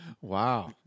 Wow